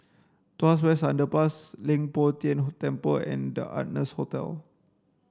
Tuas West Underpass Leng Poh Tian Temple and The Ardennes Hotel